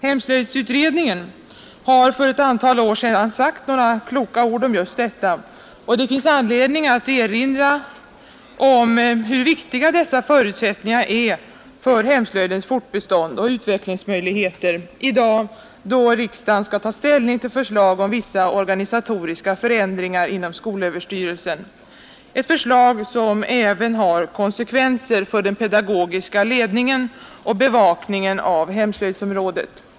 Hemslöjdsutredningen har för ett antal år sedan sagt några kloka ord om just detta, och det finns anledning att erinra om hur viktiga dessa förutsättningar är för hemslöjdens fortbestånd och utvecklingsmöjligheter i dag, då riksdagen skall ta ställning till förslag om vissa organisatoriska förändringar inom skolöverstyrelsen, ett förslag som även har konsekvenser för den pedagogiska ledningen och bevakningen av hemslöjdsområdet.